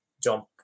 jump